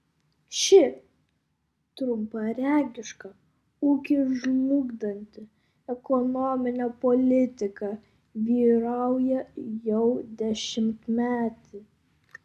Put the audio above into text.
ši trumparegiška ūkį žlugdanti ekonominė politika vyrauja jau dešimtmetį